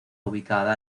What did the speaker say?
ubicada